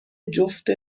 جفت